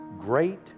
great